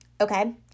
okay